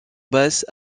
basse